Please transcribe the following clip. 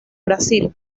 brasil